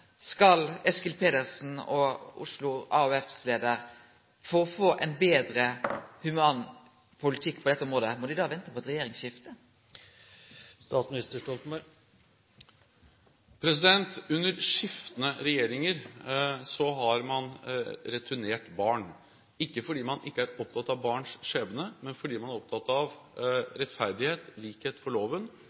Eskil Pedersen og leiaren i Oslo AUF vente på eit regjeringsskifte for å få ein betre, human politikk på dette området? Under skiftende regjeringer har man returnert barn – ikke fordi man ikke er opptatt av barns skjebne, men fordi man er opptatt av rettferdighet, likhet for loven,